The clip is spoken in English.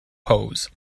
pose